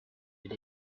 with